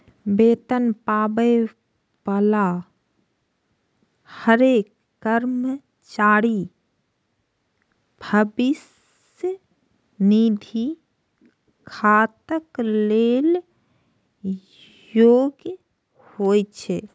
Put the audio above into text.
वेतन पाबै बला हरेक कर्मचारी भविष्य निधि खाताक लेल योग्य होइ छै